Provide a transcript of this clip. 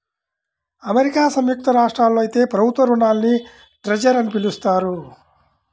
America సంయుక్త రాష్ట్రాల్లో అయితే ప్రభుత్వ రుణాల్ని ట్రెజర్ అని పిలుస్తారు